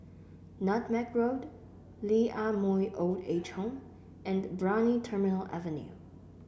Nutmeg Road Lee Ah Mooi Old Age Home and Brani Terminal Avenue